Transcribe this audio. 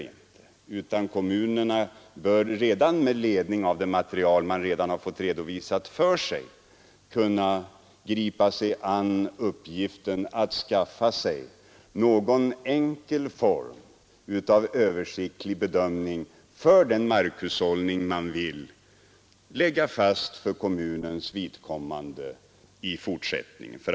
Man bör i kommunerna redan, med ledning av det material kommunerna hittills fått redovisat för sig, kunna gripa sig an med någon enkel form av översiktlig bedömning för den markhushållning man vill lägga fast för kommunens vidkommande i fortsättningen.